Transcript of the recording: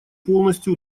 полностью